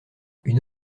une